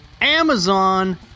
Amazon